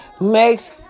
makes